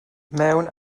mewn